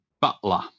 butler